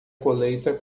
colheita